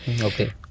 Okay